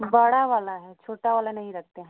बड़ा वाला है छोटा वाला नहीं रखते हैं हम